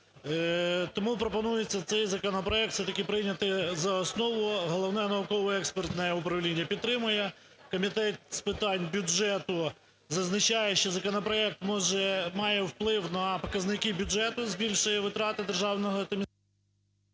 Тому пропонується цей законопроект все-таки прийняти за основу. Головне науково-експертне управління підтримує, Комітет з питань бюджету зазначає, що законопроект може, має вплив на показники бюджету, збільшує витрати державного та...